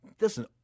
listen